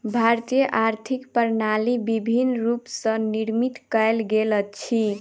भारतीय आर्थिक प्रणाली विभिन्न रूप स निर्मित कयल गेल अछि